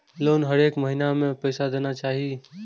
Loan हरेक महीना में पैसा देना चाहि?